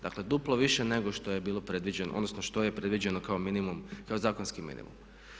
Dakle, duplo više nego što je bilo predviđeno, odnosno što je predviđeno kao minimum, kao zakonski minimum.